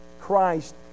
Christ